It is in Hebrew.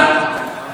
איזה מזל,